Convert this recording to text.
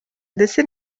ndetse